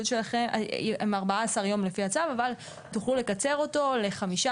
שלהם הוא 14 יום לפי הצו אבל הם יוכלו לקצר אותו לחמישה